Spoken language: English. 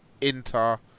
Inter